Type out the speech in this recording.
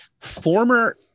former